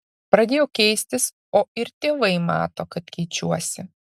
pradėjau keistis o ir tėvai mato kad keičiuosi